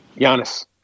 Giannis